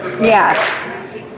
Yes